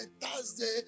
thursday